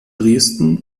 dresden